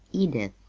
edith.